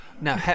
Now